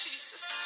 Jesus